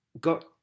got